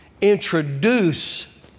introduce